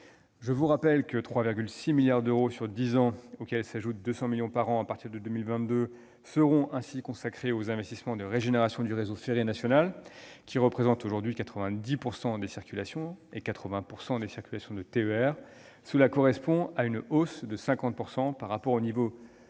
Je vous rappelle que 3,6 milliards d'euros par an sur dix ans, auxquels s'ajouteront 200 millions d'euros par an à partir de 2022, seront ainsi consacrés aux investissements de régénération du réseau ferré national, qui représentent aujourd'hui 90 % des circulations et 80 % des circulations de TER. Cela correspond à une hausse de 50 % par rapport à la précédente